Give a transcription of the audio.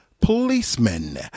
policemen